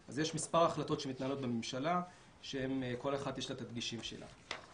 אז יש מספר החלטות שמתנהלות בממשלה שלכל אחת יש את הדגשים שלה.